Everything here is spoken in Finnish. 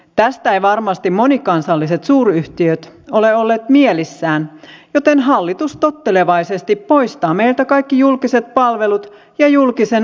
tästä eivät varmasti monikansalliset suuryhtiöt ole olleet mielissään joten hallitus tottelevaisesti poistaa meiltä kaikki julkiset palvelut ja julkisen omaisuuden